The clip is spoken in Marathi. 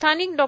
स्थानिक डॉ